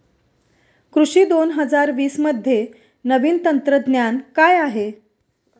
कृषी दोन हजार वीसमध्ये नवीन तंत्रज्ञान काय आहे?